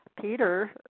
Peter